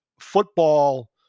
football